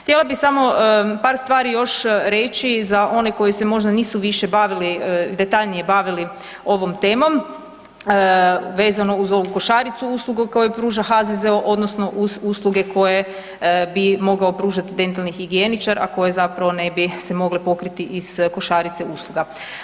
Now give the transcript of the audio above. Htjela bih samo par stvari još reći za one koji se možda nisu više bavili detaljnije bavili ovom temom, vezano uz ovu košaricu usluga koje pruža HZZO odnosno uz usluge koje bi mogao pružati dentalnih higijeničar, a koje zapravo ne bi se mogle pokriti iz košarice usluga.